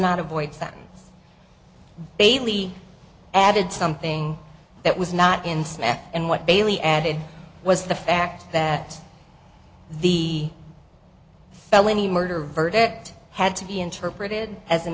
not a void that bailey added something that was not in snap and what bailey added was the fact that the felony murder verdict had to be interpreted as an